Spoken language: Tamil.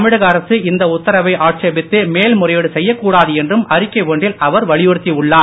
தமிழக அரசு இந்த உத்தரவை ஆட்சேபித்து மேல்முறையீடு செய்யக் கூடாது என்றும் அறிக்கை ஒன்றில் அவர் வலியுறுத்தி உள்ளார்